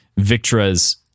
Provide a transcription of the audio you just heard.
Victra's